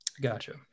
Gotcha